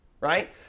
right